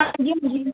ਹਾਂਜੀ ਹਾਂਜੀ